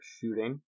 shooting